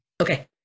Okay